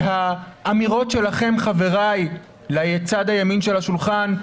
האמירות שלכם, חבריי מצד ימין של השולחן,